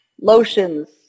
Lotions